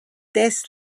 dess